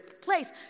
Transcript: place